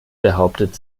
behauptet